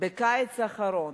בקיץ האחרון